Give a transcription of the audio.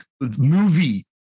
movie